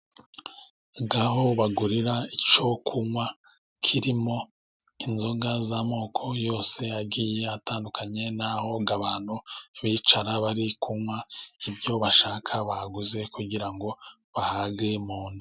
Aho bagurira icyo kunywa kirimo inzoga z'amoko yose agiye atandukanye n'aho ngo abantu bicara bari kunywa ibyo bashaka baguze ,kugirango munda.